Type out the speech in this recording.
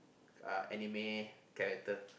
uh anime character